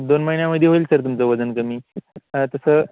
दोन महिन्यामध्ये होईल सर तुमचं वजन कमी आ तसं